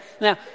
Now